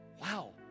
wow